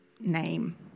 name